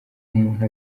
umuntu